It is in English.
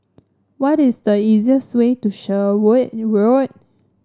what is the easiest way to Sherwood Road